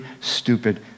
stupid